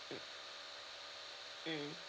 mm mm